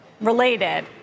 related